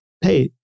hey